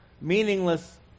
meaningless